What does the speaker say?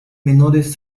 menores